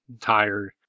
tired